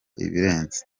ibirenze